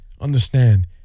understand